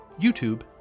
YouTube